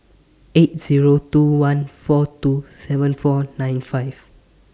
eight Zero two one four two seven four nine five